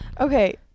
Okay